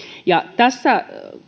tässä